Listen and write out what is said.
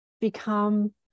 become